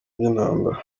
by’intambara